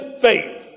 faith